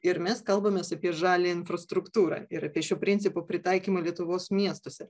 ir mes kalbamės apie žaliąją infrastruktūrą ir šių principų pritaikymą lietuvos miestuose